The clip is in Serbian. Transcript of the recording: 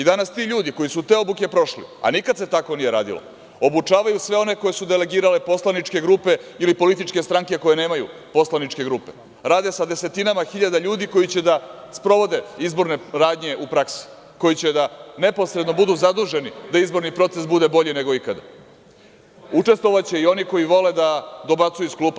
Danas ti ljudi koji su te obuke prošli, a nikada se tako nije radilo, obučavaju sve one koje su delegirale poslaničke grupe ili političke stranke koje nemaju poslaničke grupe, rade sa desetinama hiljada ljudi koji će da sprovode izborne radnje u praksi, koji će neposredno da budu zaduženi da izborni proces bude bolji nego ikada. (Nemanja Šarović dobacuje.) Učestvovaće i oni koji vole da dobacuju iz klupa.